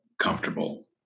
comfortable